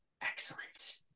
Excellent